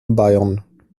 bayern